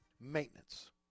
Maintenance